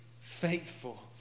faithful